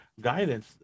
guidance